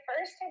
first